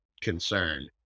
concern